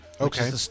Okay